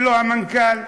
ולא המנכ"ל,